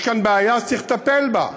יש כאן בעיה שצריך לטפל בה,